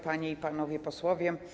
Panie i Panowie Posłowie!